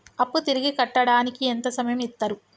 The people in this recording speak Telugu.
అప్పు తిరిగి కట్టడానికి ఎంత సమయం ఇత్తరు?